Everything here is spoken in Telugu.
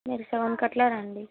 మీరు సెవెన్కు అలా రండి